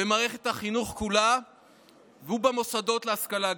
במערכת החינוך כולה ובמוסדות להשכלה גבוהה.